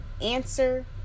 answer